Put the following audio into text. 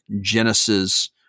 Genesis